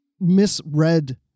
misread